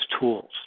tools